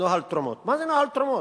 נוהל תרומות, מה זה נוהל תרומות?